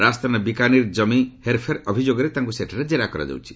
ରାଜସ୍ଥାନର ବିକାନେର୍ ଜିଲ୍ଲା କମି ହେର୍ଫେର୍ ଅଭିଯୋଗରେ ତାଙ୍କୁ ସେଠାରେ କେରା କରାଯାଉଛି